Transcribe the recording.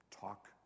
Talk